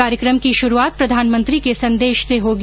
कार्यक्रम की शुरूआत प्रधानमंत्री के संदेश से होगी